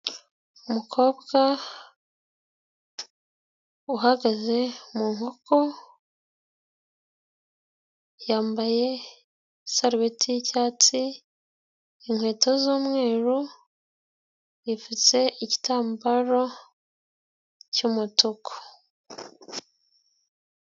Umukobwa uhagaze mu nkoko, yambaye Isarubetti yicyatsi, inkweto z'umweru, yipfutse igitambaro cy'umutuku.